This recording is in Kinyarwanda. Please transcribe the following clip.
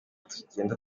tugenda